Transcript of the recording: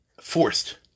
forced